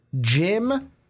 Jim